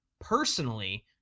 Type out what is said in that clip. personally